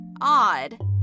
odd